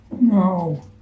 No